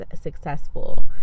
successful